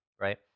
right